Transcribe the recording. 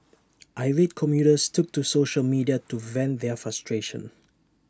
irate commuters took to social media to vent their frustration